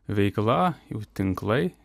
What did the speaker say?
veikla jų tinklai